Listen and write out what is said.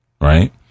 right